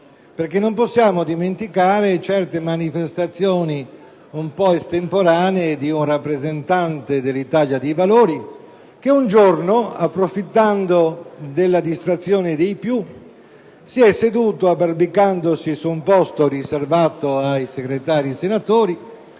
punto. Non si può dimenticare certe manifestazioni un po' estemporanee di un rappresentante di quel Gruppo che un giorno, approfittando della distrazione dei più, si è seduto abbarbicandosi su un posto riservato ai senatori Segretari